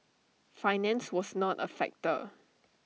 finance was not A factor